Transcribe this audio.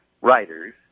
writers